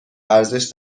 ارزش